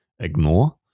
ignore